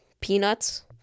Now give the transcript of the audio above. peanuts